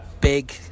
Big